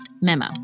memo